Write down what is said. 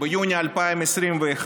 ביוני 2021,